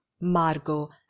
margot